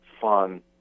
fun